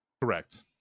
correct